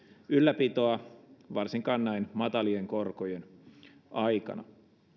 ylläpitoa varsinkaan näin matalien korkojen aikana